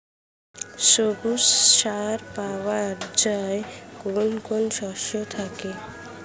সবুজ সার পাওয়া যায় কোন কোন শস্য থেকে?